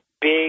big